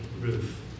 roof